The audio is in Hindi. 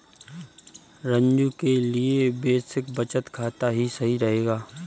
रंजू के लिए बेसिक बचत खाता ही सही रहेगा